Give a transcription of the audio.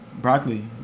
Broccoli